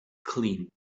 clean